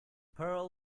pearl